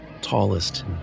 tallest